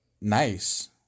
nice